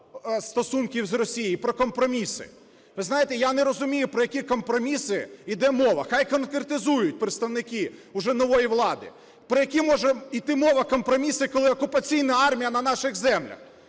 щодо стосунків з Росією, про компроміси. Ви знаєте, я не розумію, про які компроміси йде мова, хай конкретизують представники уже нової влади. Про які може йти мова компроміси, коли окупаційна армія на наших землях?